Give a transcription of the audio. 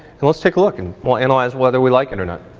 and let's take a look, and we'll analyze whether we like it or not.